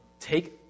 take